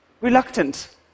reluctant